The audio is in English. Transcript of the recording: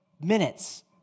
minutes